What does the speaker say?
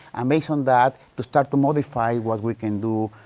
and based on that to start to modify what we can do,